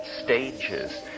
stages